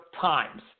Times